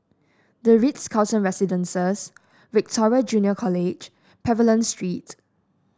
the Ritz Carlton Residences Victoria Junior College Pavilion Street